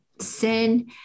sin